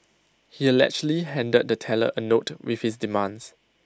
he allegedly handed the teller A note with his demands